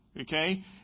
Okay